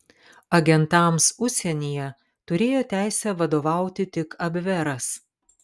agentams užsienyje turėjo teisę vadovauti tik abveras